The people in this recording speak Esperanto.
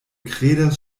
kredas